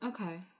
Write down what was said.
Okay